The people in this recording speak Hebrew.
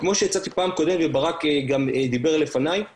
כמו שהצעתי בפעם הקודמת, וברק שגם דיבר לפניי אמר,